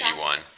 one